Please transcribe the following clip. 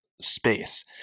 space